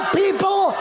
people